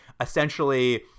essentially—